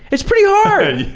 it's pretty hard.